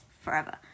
forever